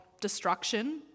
destruction